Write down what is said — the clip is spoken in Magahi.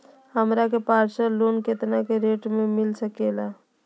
हमरा के पर्सनल लोन कितना के रेट पर मिलता सके ला?